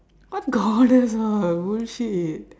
what goddess all bullshit